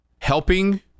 helping